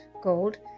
gold